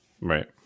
right